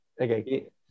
Okay